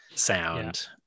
sound